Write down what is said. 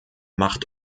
macht